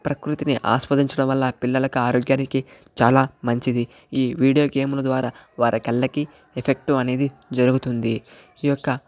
ప్రకృతిని ఆశ్వాదించడం వల్ల పిల్లలకు ఆరోగ్యానికి చాలా మంచిది ఈ వీడియో గేముల ద్వారా వారి కళ్ళకి ఎఫెక్ట్ అనేది జరుగుతుంది ఈ యొక్క